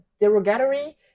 derogatory